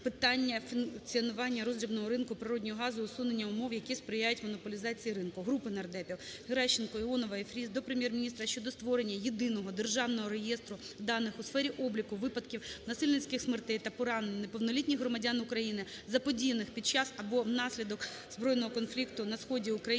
питання функціонування роздрібного ринку природного газу, усунення умов, які сприяють монополізації ринку. Групи народних депутатів (Геращенко, Іонової, Фріз) до Прем'єр-міністра щодо створення єдиного державного реєстру даних у сфері обліку випадків насильницьких смертей та поранень неповнолітніх громадян України, заподіяних під час або внаслідок збройного конфлікту на сході України